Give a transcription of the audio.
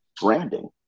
branding